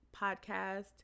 podcast